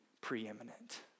preeminent